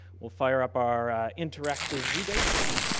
we'll fire up our interactive rebase.